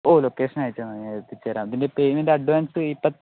ഓ location അയച്ച് തന്നാൽ മതി ഞാൻ എത്തിച്ച് തരാം ഇതിന്റെ പേയ്മെന്റ് അഡ്വാൻസ്